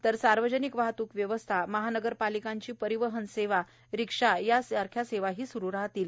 तर सार्वजनिक वाहत्क व्यवस्थामहानगरपालिकांची परिवहन सेवा रिक्षा या सारख्या सेवाही सुरु असतील